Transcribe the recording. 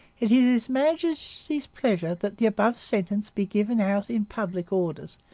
it is his majesty's pleasure that the above sentence be given out in public orders,